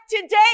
today